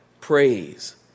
Praise